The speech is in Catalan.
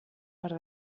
per